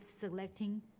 selecting